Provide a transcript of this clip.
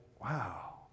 wow